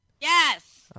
yes